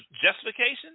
justification